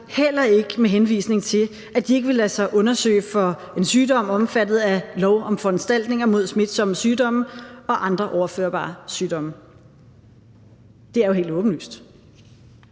heller ikke med henvisning til, at de ikke vil lade sig undersøge for en sygdom omfattet af lov om foranstaltninger mod smitsomme sygdomme og andre overførbare sygdomme. Det er jo helt åbenlyst.